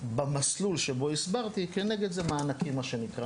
במסלול שבו הסברתי, כנגד זה מענקים, מה שנקרא.